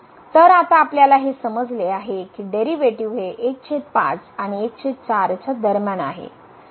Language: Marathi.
तर आता आपल्याला हे समजले आहे की डेरीवेटीव हे 15 आणि 14 च्या दरम्यान आहे